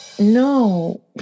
No